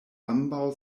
ambaŭ